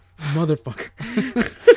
motherfucker